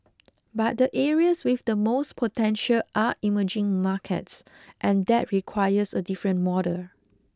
but the areas with the most potential are emerging markets and that requires a different model